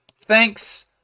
Thanks